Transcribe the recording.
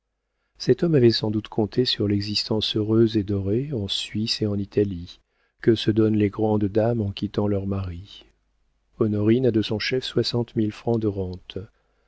cet homme avait sans doute compté sur l'existence heureuse et dorée en suisse et en italie que se donnent les grandes dames en quittant leurs maris honorine a de son chef soixante mille francs de rentes